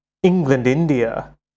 England-India